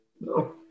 No